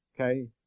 Okay